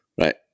right